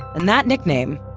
and that nickname,